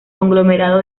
conglomerado